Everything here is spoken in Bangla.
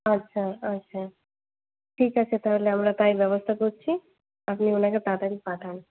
আচ্ছা আচ্ছা ঠিক আছে তাহলে আমরা তাই ব্যবস্থা করছি আপনি ওনাকে তাড়াতাড়ি পাঠান